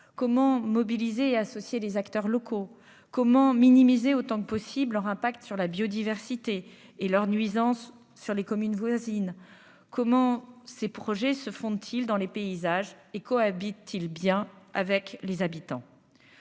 comment mobiliser associer les acteurs locaux comment minimiser autant que possible leur impact sur la biodiversité et leurs nuisances sur les communes voisines, comment ces projets se fonde-t-il dans les paysages et cohabite-t-il bien avec les habitants,